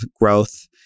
growth